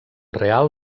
real